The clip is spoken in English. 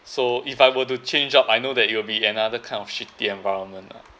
so if I were to change up I know that it will be another kind of shitty environment lah